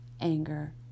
anger